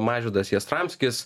mažvydas jastramskis